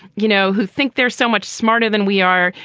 you know, who think they're so much smarter than we are.